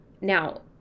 Now